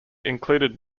included